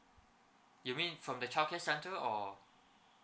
you mean from the childcare centre or